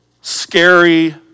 scary